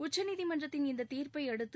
உச்சநீதிமன்றத்தின் இந்த தீய்பை அடுத்து